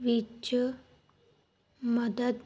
ਵਿੱਚ ਮਦਦ